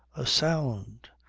a sound,